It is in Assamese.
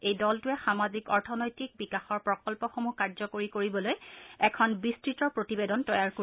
এই দলটোৱে সামাজিক অৰ্থনৈতিক বিকাশৰ প্ৰকল্পসমূহ কাৰ্যকৰী কৰিবলৈ এখন বিস্তৃত প্ৰতিবেদন তৈয়াৰ কৰিব